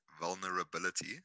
vulnerability